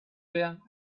there